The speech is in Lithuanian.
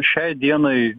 šiai dienai